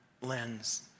lens